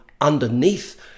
underneath